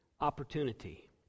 opportunity